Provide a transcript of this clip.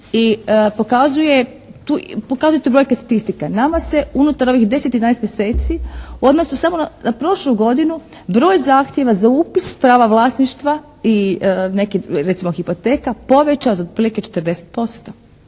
i pokazuje to brojke statistike. Nama se unutar ovih 10, 11 mjeseci odnose samo na prošlu godinu broj zahtjeva za upis, prava vlasništva i neki recimo hipoteka poveća za otprilike 40%.